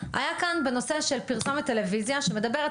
היה כאן בנושא של פרסומת טלוויזיה שמדברת